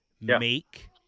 Make